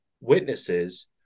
witnesses